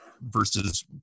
versus